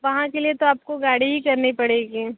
वहाँ के लिए तो आपको गाड़ी ही करनी पड़ेगी